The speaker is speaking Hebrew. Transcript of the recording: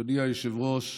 אדוני היושב-ראש,